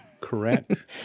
Correct